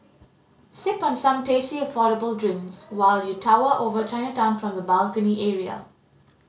sip on some tasty affordable drinks while you tower over Chinatown from the balcony area